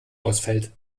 ausfällt